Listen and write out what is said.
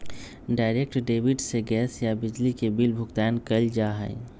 direct डेबिट से gas या बिजली के बिल भुगतान कइल जा हई